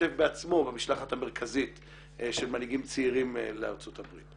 השתתף בעצמו במשלחת המרכזית של מנהיגים צעירים לארצות הברית.